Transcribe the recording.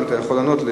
האם אתה יכול לענות,